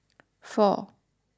four